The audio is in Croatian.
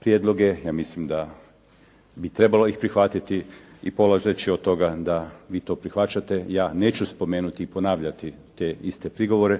prijedloge. Ja mislim da bi trebalo ih prihvatiti i polazeći od toga da vi to prihvaćate, ja neću spomenuti i ponavljati te iste prigovore